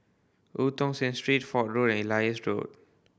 Eu Tong Sen Street Fort Road and Elias Road